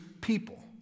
people